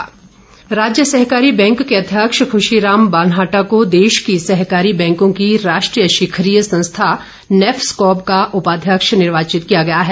बालनाहटा राज्य सहकारी बैंक के अध्यक्ष खुशी राम बालनाहटा को देश की सहकारी बैंकों की राष्ट्रीय शिखरीय संस्था नैफस्कॉब का उपाध्यक्ष निर्वाचित किया गया है